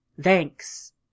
Thanks